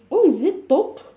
oh is it took